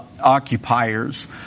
occupiers